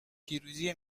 پیروزی